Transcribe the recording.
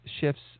shifts